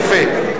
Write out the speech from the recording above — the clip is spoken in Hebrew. יפה.